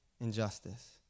injustice